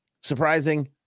surprising